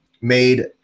made